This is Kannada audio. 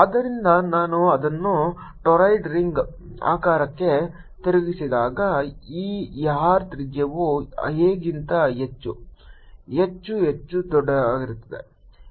ಆದ್ದರಿಂದ ನಾನು ಅದನ್ನು ಟೋರಿಡ್ ರಿಂಗ್ ಆಕಾರಕ್ಕೆ ತಿರುಗಿಸಿದಾಗ ಈ R ತ್ರಿಜ್ಯವು a ಗಿಂತ ಹೆಚ್ಚು ಹೆಚ್ಚು ಹೆಚ್ಚು ದೊಡ್ಡದಾಗಿರುತ್ತದೆ